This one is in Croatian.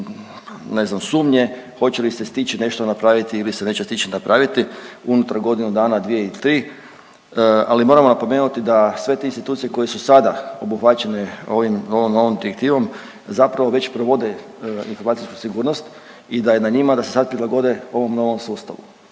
ne znam, sumnje hoće li se stići nešto napraviti ili se neće stići napraviti unutar godinu dana, dvije ili tri, ali moramo napomenuti da sve te institucije koje su sada obuhvaćene ovom novom direktivom, zapravo već provode informacijsku sigurnost i da je na njima da se sada prilagode ovom novom sustavu